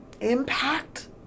impact